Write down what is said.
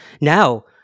now